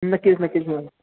नक्कीच नक्कीच मॅडम